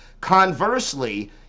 Conversely